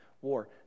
war